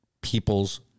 people's